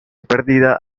perdida